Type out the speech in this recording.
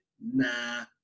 nah